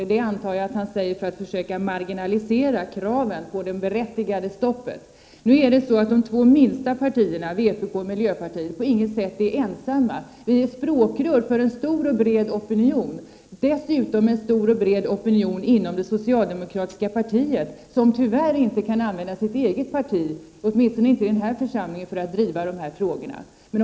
Det antar jag att han säger för att försöka marginalisera det berättigade kravet på ett sådant stopp. Men de två minsta partierna, vpk och miljöpartiet, är på inget sätt ensamma. Vi är språkrör för en stor och bred opinion, dessutom en stor och bred opinion inom socialdemokratin som tyvärr inte kan använda sitt eget parti, åtminstone inte i den här församlingen, för att driva kravet på stopp för svensk vapenexport.